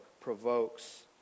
provokes